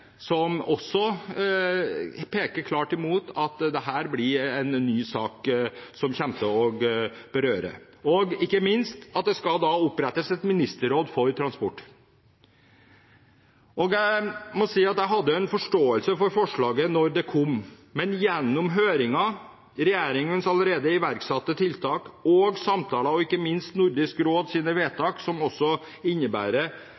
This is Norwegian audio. som også peker klart mot at dette blir en ny sak som kommer til å berøre dette, og ikke minst at det skal opprettes et ministerråd for transport. Jeg må si at jeg hadde forståelse for forslaget da det kom, men gjennom høringen, regjeringens allerede iverksatte tiltak, samtaler og ikke minst Nordisk råds vedtak, som også innebærer